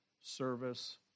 service